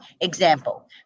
example